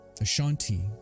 Ashanti